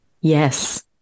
Yes